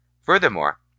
Furthermore